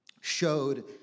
showed